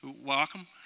welcome